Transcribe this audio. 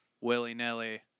willy-nilly